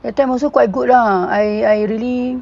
that time also quite good ah I I really